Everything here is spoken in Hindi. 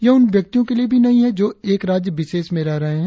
यह उन व्यक्तियों के लिए भी नही है जो एक राज्य विशेष में रह रहे हैं